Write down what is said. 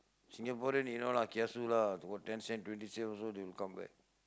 Singaporean you know lah kiasu lah ten cent twenty cent also they will come back